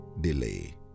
delay